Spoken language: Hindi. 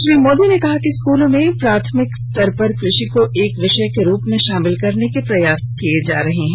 श्री मोदी ने कहा कि स्कूलों में माध्यमिक स्तर पर कृषि को एक विषय के रूप में शामिल करने के प्रयास किए जा रहे हैं